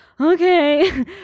Okay